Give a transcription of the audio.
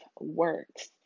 works